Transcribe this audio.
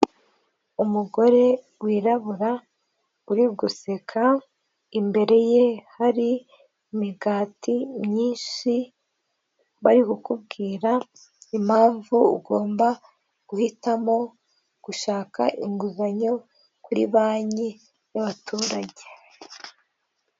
Umugore wirabura uri guseka imbere ye hari imigati myinshi bari kukubwira impamvu ugomba guhitamo gushaka inguzanyo kuri banki y'abaturage.